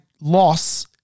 loss